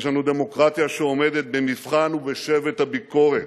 יש לנו דמוקרטיה שעומדת במבחן ובשבט הביקורת,